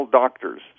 doctors